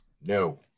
no